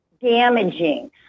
damaging